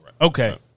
Okay